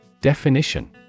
Definition